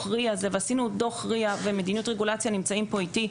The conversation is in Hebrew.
ה-RIA ועשינו דוח RIA ומדיניות רגולציה נמצאים פה איתי,